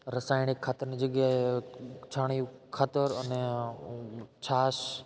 રાસાયણિક ખાતરની જગ્યાએ છાણીયું ખાતર અને છાસ